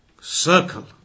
Circle